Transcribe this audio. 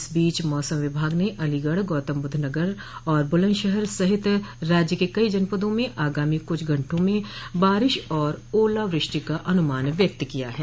इस बीच मौसम विभाग ने अलीगढ़ गौतमबुद्धनगर और बुलंदशहर सहित राज्य के कई जनपदों में आगामी कुछ घंटों में बारिश और ओलावृष्टि का अनुमान व्यक्त किया है